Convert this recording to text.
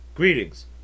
Greetings